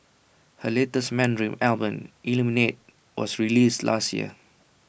her latest Mandarin Album Illuminate was released last year